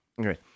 Okay